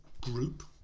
group